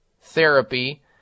therapy